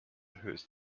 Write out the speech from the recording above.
hörst